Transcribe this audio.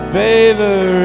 favor